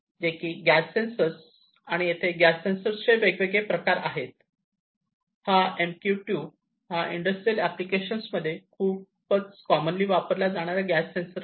जे की gas sensor आणि येथे गॅस सेन्सरचे चे वेगवेगळे प्रकार आहेत हा MQ 2 हा इंडस्ट्रियल ऍप्लिकेशन्स मध्ये खुपच कॉमनली वापरला जाणारा गॅस सेन्सर आहे